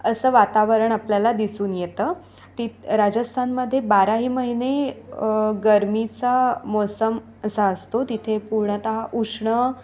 असं वातावरण आपल्याला दिसून येतं ती राजस्थानमधे बाराही महिने गर्मीचा मोसम असा असतो तिथे पूर्णतः उष्ण